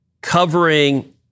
covering